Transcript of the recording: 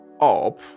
up